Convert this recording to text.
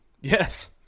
yes